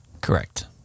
Correct